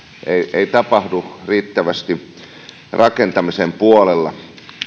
ei tapahdu riittävästi rakentamisen puolella